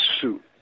suit